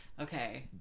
Okay